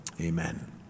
amen